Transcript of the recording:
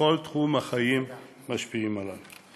וכל תחומי החיים משפיעים עליו.